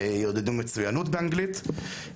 יעודדו מצוינות באנגלית.